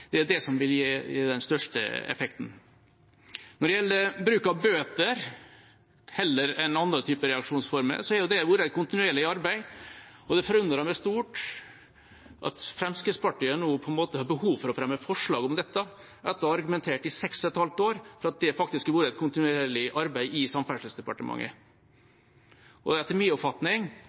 Det er det som vil gi den største effekten. Når det gjelder bruk av bøter heller enn andre typer reaksjonsformer, har det vært et kontinuerlig arbeid. Det forundrer meg stort at Fremskrittspartiet nå har behov for å støtte forslag om dette, etter å ha argumentert i seks og et halvt år for at det faktisk har vært et kontinuerlig arbeid i Samferdselsdepartementet. Etter min oppfatning